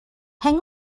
hang